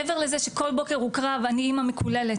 מעבר לזה שכל בוקר הוא קרב, אני 'אמא מקוללת',